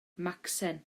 macsen